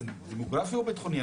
זה דמוגרפי או ביטחוני?